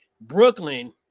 Brooklyn